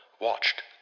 watched